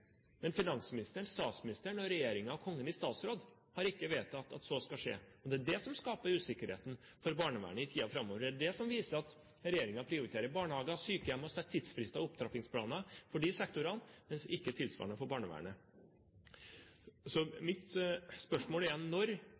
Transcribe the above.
Men finansministeren, statsministeren, regjeringen og Kongen i statsråd har ikke vedtatt at så skal skje. Det er det som skaper usikkerhet for barnevernet i tiden framover. Det er det som viser at regjeringen prioriterer barnehager og sykehjem og tidsfrister og opptrappingsplaner for disse sektorene, mens det ikke er tilsvarende for barnevernet. Mitt spørsmålet er: Når